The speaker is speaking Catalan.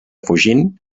fugint